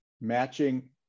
matching